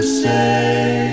say